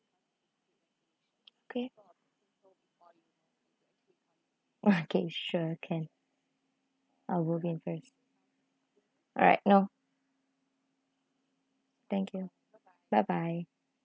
okay K sure can I'll move in first alright no thank you bye bye